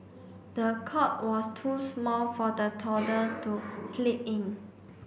the cot was too small for the to sleep in